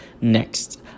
Next